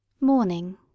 Morning